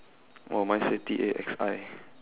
oh mine say T A X I